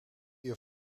uur